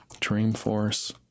Dreamforce